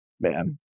man